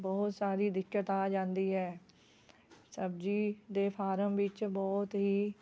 ਬਹੁਤ ਸਾਰੀ ਦਿੱਕਤ ਆ ਜਾਂਦੀ ਹੈ ਸਬਜ਼ੀ ਦੇ ਫਾਰਮ ਵਿੱਚ ਬਹੁਤ ਹੀ